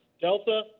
Delta